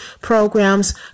programs